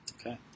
Okay